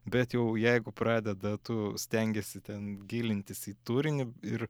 bet jau jeigu pradeda tu stengiesi ten gilintis į turinį ir